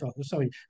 sorry